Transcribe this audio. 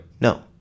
No